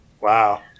Wow